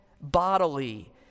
bodily